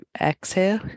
Exhale